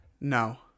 No